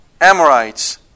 Amorites